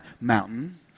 mountain